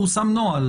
פורסם נוהל.